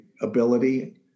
ability